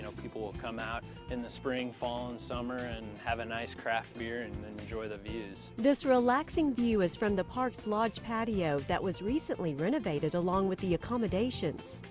you know people will come out in the spring, fall, and summer and have a nice craft beer and enjoy the views. this relaxing view is from the park's lodge patio that was recently renovated, along with the accommodations.